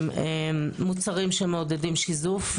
מוצרים שמעודדים שיזוף,